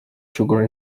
sugar